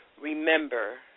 remember